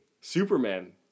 Superman